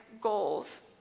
goals